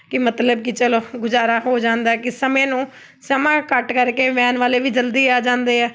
ਕਿ ਮਤਲਬ ਕਿ ਚਲੋ ਗੁਜ਼ਾਰਾ ਹੋ ਜਾਂਦਾ ਕਿ ਸਮੇਂ ਨੂੰ ਸਮਾਂ ਘੱਟ ਕਰਕੇ ਵੈਨ ਵਾਲੇ ਵੀ ਜਲਦੀ ਆ ਜਾਂਦੇ ਆ